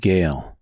Gale